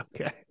Okay